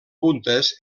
puntes